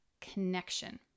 connection